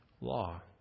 law